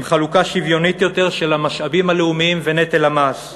עם חלוקה שוויונית יותר של המשאבים הלאומיים ונטל המס,